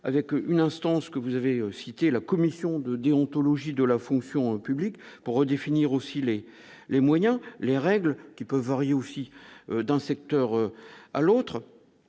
avec une instance que vous avez cité la commission de déontologie de la fonction publique pour redéfinir aussi les les moyens les règles qui peut varier aussi d'un secteur à l'autre